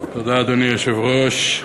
אדוני היושב-ראש,